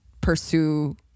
pursue